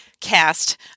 cast